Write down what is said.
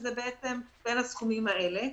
שזה בין הסכומים האלה.